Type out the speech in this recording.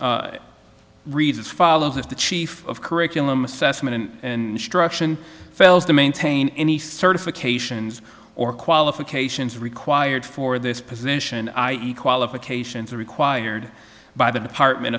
law reads as follows if the chief of curriculum assessment and struction fails to maintain any certifications or qualifications required for this position i e qualifications are required by the department